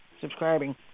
subscribing